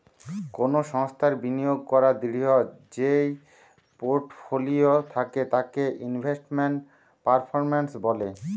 কোনো সংস্থার বিনিয়োগ করাদূঢ় যেই পোর্টফোলিও থাকে তাকে ইনভেস্টমেন্ট পারফরম্যান্স বলে